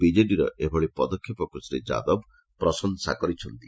ବିକେଡିର ଏଭଳି ପଦକ୍ଷେପକୁ ଶ୍ରୀ ଯାଦବ ପ୍ରଶଂସା କରିଛନ୍ତି